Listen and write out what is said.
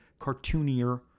cartoonier